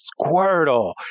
Squirtle